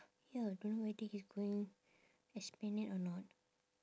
ya don't know whether he's going esplanade or not